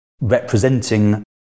representing